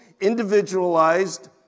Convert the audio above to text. individualized